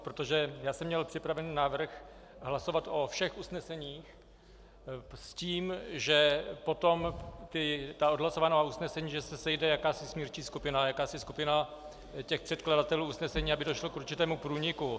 Protože já jsem měl připraven návrh hlasovat o všech usneseních s tím, že potom na ta odhlasovaná usnesení se sejde jakási smírčí skupina, jakási skupina těch předkladatelů usnesení, aby došlo k určitému průniku.